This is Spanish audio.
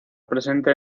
presente